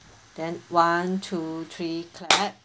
then one two three clap